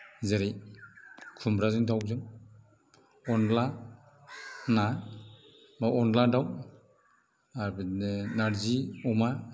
जेरै खुमब्राजों दाउजों अनद्ला ना बा अनद्ला दाउ आरो बिदिनो नारजि अमा